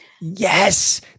Yes